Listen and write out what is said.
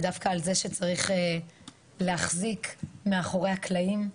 ודווקא על זה שצריך להחזיק מאחורי הקלעים,